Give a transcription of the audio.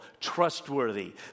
trustworthy